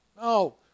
No